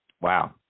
Wow